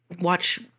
watch